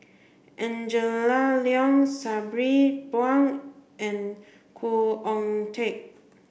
Angela Liong Sabri Buang and Khoo Oon Teik